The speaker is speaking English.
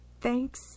Thanks